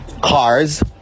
cars